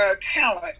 talent